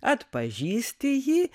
atpažįsti jį